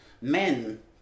men